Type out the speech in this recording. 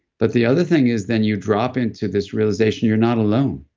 but the other thing is then you drop into this realization, you're not alone.